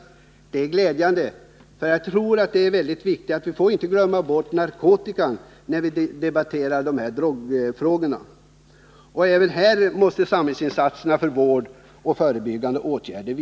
Det är glädjande, eftersom det är mycket viktigt att vi inte glömmer bort narkotikan när vi debatterar drogfrågorna. Även här måste samhällsinsatser vidtas för vård och förebyggande åtgärder.